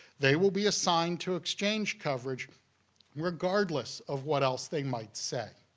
they will be assigned to exchange coverage regardless of what else they might say.